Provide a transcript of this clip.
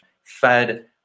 fed